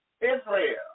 Israel